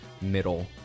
middle